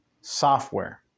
software